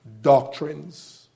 doctrines